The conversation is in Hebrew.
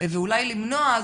ואולי למנוע,